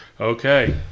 Okay